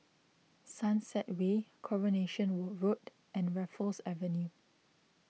Sunset Way Coronation Road and Raffles Avenue